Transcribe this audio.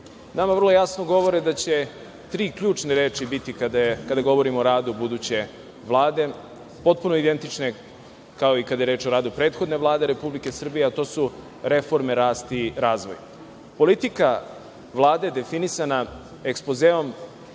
nama vrlo jasno govore da će tri ključne reči biti kada govorimo o radu buduće Vlade, potpuno identične kao i kada je reč o radu prethodne Vlade Republike Srbije, a to su reforme, rast i razvoj. Politika Vlade definisana ekspozeom